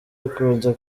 bikunze